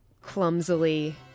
clumsily